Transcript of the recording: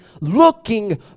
looking